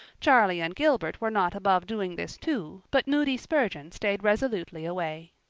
charlie and gilbert were not above doing this too, but moody spurgeon stayed resolutely away.